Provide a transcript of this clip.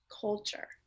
culture